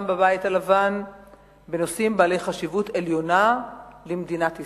בבית הלבן בנושאים בעלי חשיבות עליונה למדינת ישראל.